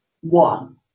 One